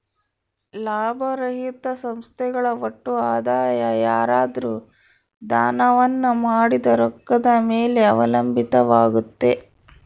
ಲಾಭರಹಿತ ಸಂಸ್ಥೆಗಳ ಒಟ್ಟು ಆದಾಯ ಯಾರಾದ್ರು ದಾನವನ್ನ ಮಾಡಿದ ರೊಕ್ಕದ ಮೇಲೆ ಅವಲಂಬಿತವಾಗುತ್ತೆ